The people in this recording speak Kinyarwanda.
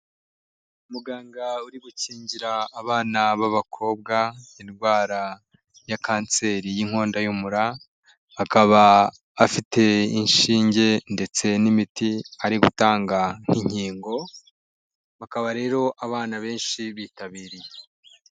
Muganga uri gukingira abana b'abakobwa indwara ya kanseri y'inkondo y'umura, akaba afite inshinge ndetse n'imiti ari butanga nk'inkingo bakaba rero abana benshi bitabiriye.